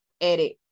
edit